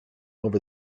over